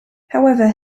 however